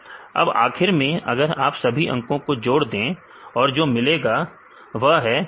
अब आखिर में अगर आप सभी अंकों को जोड़ दें और जो मिलेगा वह है 149